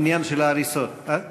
בעניין ההריסות.